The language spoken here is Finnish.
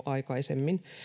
aikaisemmin